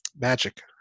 magic